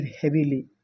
heavily